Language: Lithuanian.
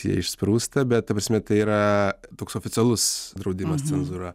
tie išsprūsta bet ta prasme tai yra toks oficialus draudimas cenzūra